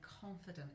confident